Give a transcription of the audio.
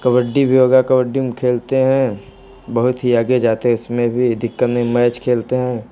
कबड्डी भी हो क्या कबड्डी हम खेलते हैं बहुत ही आगे जाते है उसमें भी दिक्कत नहीं मैच खेलते हैं